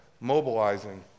mobilizing